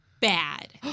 bad